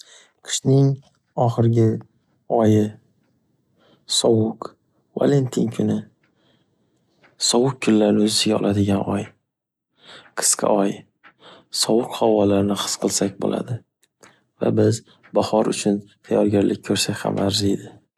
Qishning oxirgi oyi, sovuq valentin kuni. Sovuq kunlarni o’z ichiga oladigan oy. Qisqa oy, sovuq havolarni his qilsak bo’ladi va biz bahor uchun tayyorgalik ko’rsak ham arziydi.